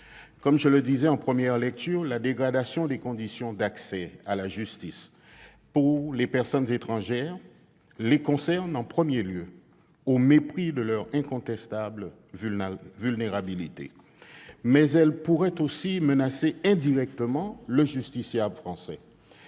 Comme je le disais en première lecture, la dégradation des conditions d'accès à la justice des personnes étrangères les concerne en premier lieu, au mépris de leur incontestable vulnérabilité. Mais elle pourrait aussi menacer indirectement le justiciable français,